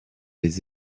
les